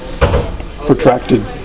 protracted